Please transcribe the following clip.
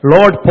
Lord